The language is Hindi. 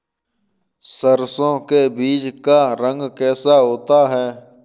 सरसों के बीज का रंग कैसा होता है?